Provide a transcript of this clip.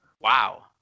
Wow